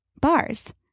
Bars